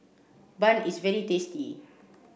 bun is very tasty